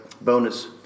bonus